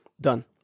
Done